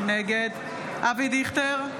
נגד אבי דיכטר,